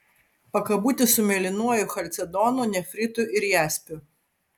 pakabutį su mėlynuoju chalcedonu nefritu ir jaspiu